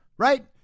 Right